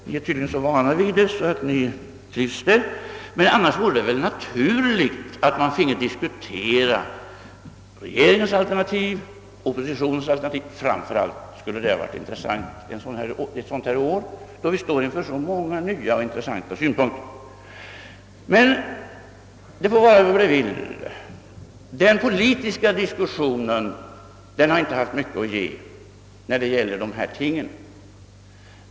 Man är tydligen så van vid detta att man trivs med det, men annars vore det väl naturligt att på en gång få diskutera regeringens alternativ och oppositionens alternativ. Framför allt vore det intressant detta år, då vi står inför så många nya och intressanta synpunkter. Den politiska diskussionen har emel lertid inte haft mycket att ge när det gäller dessa frågor.